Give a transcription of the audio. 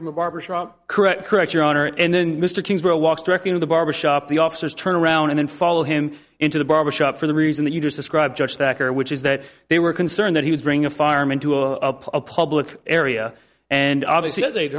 from a barbershop correct correct your honor and then mr kingsborough walks directly to the barbershop the officers turn around and follow him into the barbershop for the reason that you just described judge that which is that they were concerned that he was bringing a fireman to a public area and obviously th